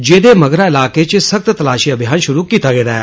जेह्दे मगरा इलाके इच सख्त तलाषी अभियान षुरू कीता गेदा ऐ